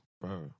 Bro